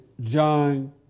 John